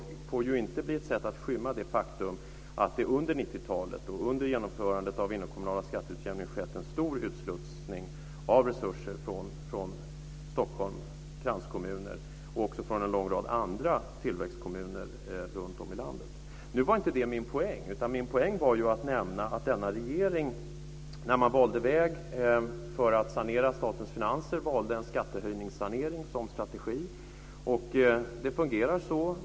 Men det får inte bli ett sätt att skymma det faktum att det under 90-talet och under genomförandet av den inomkommunala skatteutjämningen skett en stor utslussning av resurser från Stockholms kranskommuner och även från en lång rad andra tillväxtkommuner runtom i landet. Nu var inte det min poäng. Min poäng var att nämna att denna regering, när man valde väg för att sanera statens finanser, valde en skattehöjningssanering som strategi.